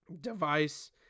device